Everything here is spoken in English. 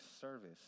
service